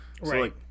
Right